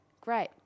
Great